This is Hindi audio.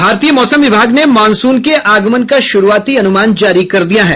भारतीय मौसम विभाग ने मानसून के आगमन का शुरुआती अनुमान जारी कर दिया है